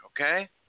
okay